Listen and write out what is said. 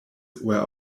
were